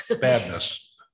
Badness